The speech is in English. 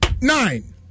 nine